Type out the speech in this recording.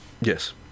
Yes